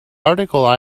article